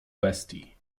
bestii